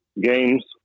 games